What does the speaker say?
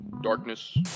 darkness